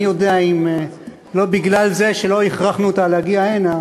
מי יודע אם לא בגלל זה שלא הכרחנו אותה להגיע הנה